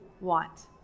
want